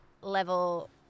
level